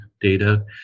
data